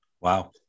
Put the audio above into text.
Wow